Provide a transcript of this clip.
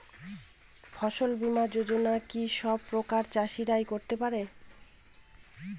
ফসল বীমা যোজনা কি সব প্রকারের চাষীরাই করতে পরে?